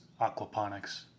aquaponics